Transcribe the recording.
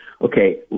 okay